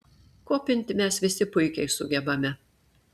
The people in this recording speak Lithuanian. kopinti mes visi puikiai sugebame